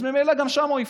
אז ממילא גם שם הוא יפרוס,